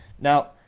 Now